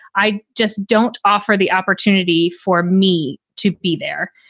i just don't offer the opportunity for me to be there.